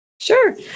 Sure